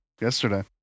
yesterday